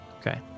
Okay